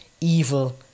evil